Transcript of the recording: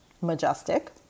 majestic